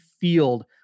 Field